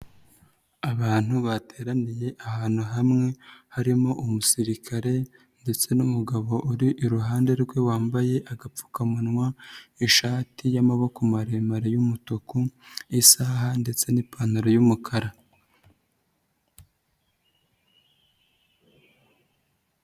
Abantu bateraniye ahantu hamwe harimo umusirikare ndetse n'umugabo uri iruhande rwe wambaye agapfukamunwa, ishati y'amaboko maremare y'umutuku, isaha ndetse n'ipantaro y'umukara.